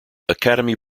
academy